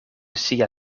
sia